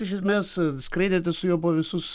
iš esmės skraidėte su juo buvo visus